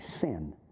sin